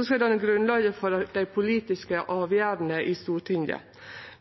skal danne grunnlaget for dei politiske avgjerdene i Stortinget.